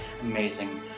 amazing